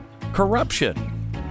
corruption